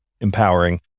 empowering